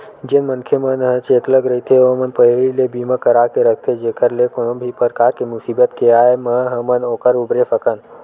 जेन मनखे मन ह चेतलग रहिथे ओमन पहिली ले बीमा करा के रखथे जेखर ले कोनो भी परकार के मुसीबत के आय म हमन ओखर उबरे सकन